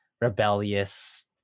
rebellious